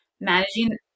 managing